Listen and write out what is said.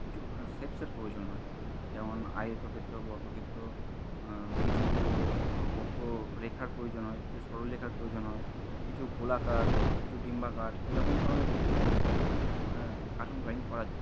কিছু শেপসের প্রয়োজন হয় যেমন আয়তক্ষেত্র বর্গক্ষেত্র কিছু বক্ররেখার প্রয়োজন হয় কিছু সরলরেখার প্রয়োজন হয় কিছু গোলাকার কিছু ডিম্বাকার এরকম ধরনের কিছু শেপ দিয়ে কার্টুন ড্রয়িং করা যায়